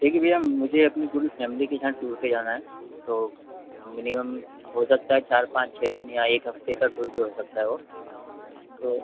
ठीक है भैया मुझे अपनी पूरी फै़मिली के साथ टूर पर जाना है तो मिनिमम हो सकता है चार पाँच छः दिन या एक हफ्ते का टूर भी हो सकता है वह तो